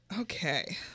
Okay